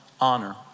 honor